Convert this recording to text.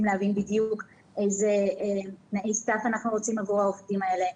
להבין בדיוק איזה תנאי סף אנחנו רוצים עבור העובדים האלה,